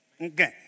Okay